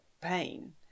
pain